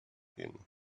him